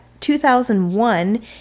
2001